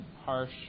harsh